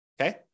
Okay